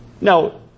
Now